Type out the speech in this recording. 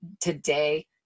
today